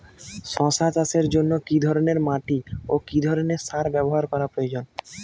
শশা চাষের জন্য কি ধরণের মাটি ও কি ধরণের সার ব্যাবহার করা প্রয়োজন?